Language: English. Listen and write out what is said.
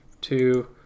two